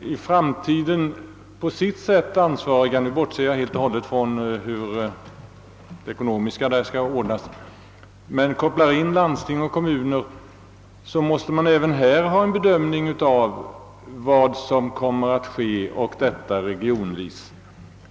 i framtiden på sitt sätt ansvariga — nu bortser jag från hur det ekonomiska skall ordnas — måste även de göra en bedömning av vad som kommer att ske, och detta regionvis.